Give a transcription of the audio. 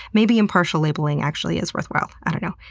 maybe impartial labeling actually is worthwhile, i don't know.